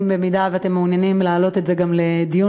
אם אתם מעוניינים להעלות את זה גם לדיון